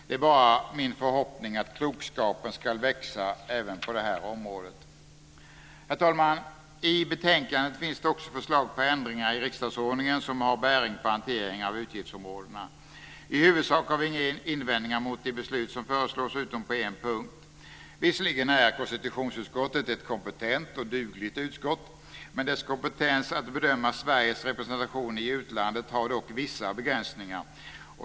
Det är bara min förhoppning att klokskapen ska växa även på det här området. Herr talman! I betänkandet finns det också förslag på ändringar i riksdagsordningen som har bäring på hanteringen av utgiftsområdena. I huvudsak har vi inga invändningar mot de beslut som föreslås, utom på en punkt. Visserligen är konstitutionsutskottet ett kompetent och dugligt utskott, men dess kompetens att bedöma Sveriges representation i utlandet har ändå vissa begränsningar.